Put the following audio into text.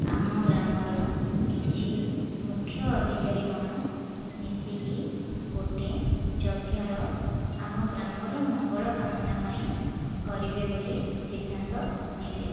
ଆମ ଗ୍ରାମର କିଛି ମୁଖ୍ୟ ଅଧିକାରୀଗଣ ମିଶିକି ଗୋଟେ ଯଜ୍ଞର ଆମ ଗ୍ରାମର ମଙ୍ଗଳ କାମନା ପାଇଁ କରିବେ ବୋଲି ସିଦ୍ଧାନ୍ତ ନେଲେ